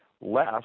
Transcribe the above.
less